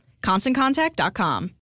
ConstantContact.com